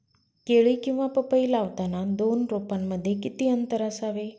केळी किंवा पपई लावताना दोन रोपांमध्ये किती अंतर असावे?